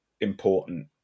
important